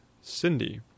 Cindy